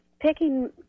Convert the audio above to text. picking